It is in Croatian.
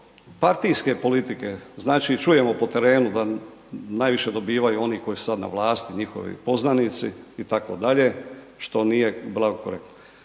partijske politike. Znači, čujemo po terenu da najviše dobivaju oni koji su sad na vlasti, njihovi poznanici, itd., što nije blago korektno.